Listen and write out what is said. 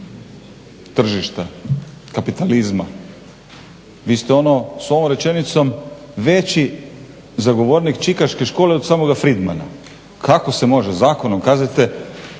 tržišta, kapitalizma, vi ste onom svom rečenicom veći zagovornik čikaške škole od samoga Freidmana. Kako se može? Zakonom. Kažete,